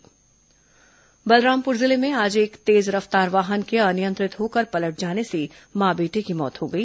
दुर्घटना बलरामपुर जिले में आज एक तेज रफ्तार वाहन के अनियंत्रित होकर पलट जाने से मां बेटे की मौत हो गई